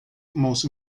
most